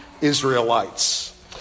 Israelites